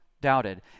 doubted